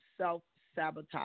self-sabotage